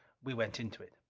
we went into it.